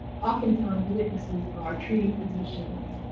oftentimes the witnesses are treating physicians,